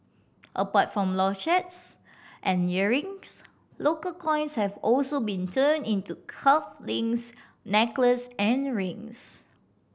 apart from and earrings local coins have also been turned into cuff links necklaces and rings